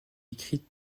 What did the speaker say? écrite